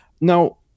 Now